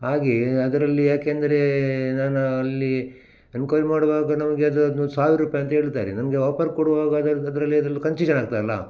ಹಾಗೇ ಅದರಲ್ಲಿ ಏಕೆಂದ್ರೆ ನಾನು ಅಲ್ಲಿ ಎನ್ಕ್ವೈರ್ ಮಾಡುವಾಗ ನಮಗೆ ಅದು ಒಂದು ಸಾವಿರ ರೂಪಾಯಿ ಅಂತ ಹೇಳ್ತಾರೆ ನನಗೆ ಆಪರ್ ಕೊಡುವಾಗ ಅದ್ರದ್ದು ಅದರಲ್ಲಿ ಕನ್ಸಿಷನ್ ಆಗ್ತದಲ್ವ